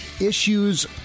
issues